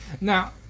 Now